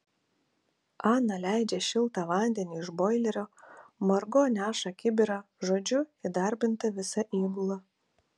ana leidžia šiltą vandenį iš boilerio margo neša kibirą žodžiu įdarbinta visa įgula